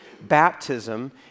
Baptism